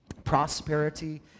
prosperity